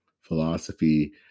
philosophy